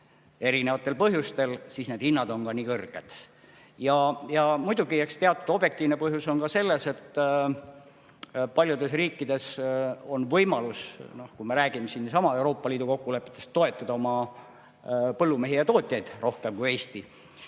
erinevatel põhjustel, siis need hinnad on ka nii kõrged. Ja muidugi, eks teatud objektiivne põhjus on ka selles, et paljudes riikides on võimalus, kui me räägime siin Euroopa Liidu kokkulepetest, toetada oma põllumehi ja tootjaid rohkem kui Eestis.